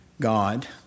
God